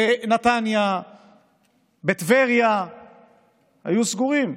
בנתניה ובטבריה היו סגורים,